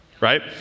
right